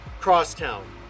Crosstown